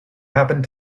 happened